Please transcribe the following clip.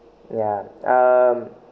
yeah um